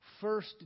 first